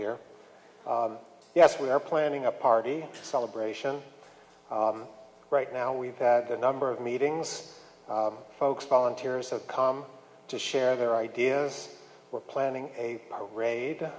here yes we are planning a party celebration right now we've had the number of meetings folks volunteers have come to share their ideas we're planning a ra